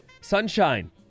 Sunshine